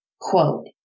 Quote